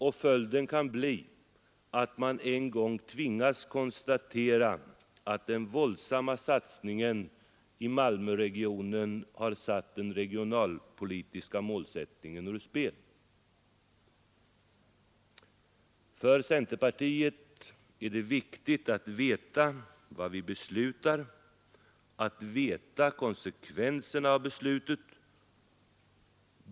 Och följden kan bli att man en gång tvingas konstatera att den våldsamma satsningen i Malmöregionen har satt den regionalpolitiska målsättningen ur spel. För centerpartiet är det viktigt att veta vad vi beslutar — att veta konsekvenserna av beslutet.